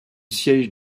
siège